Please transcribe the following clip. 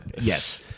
Yes